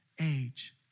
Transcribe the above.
age